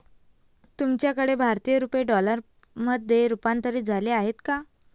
तुमच्याकडे भारतीय रुपये डॉलरमध्ये रूपांतरित झाले आहेत का?